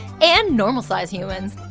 and normal-sized humans.